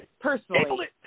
personally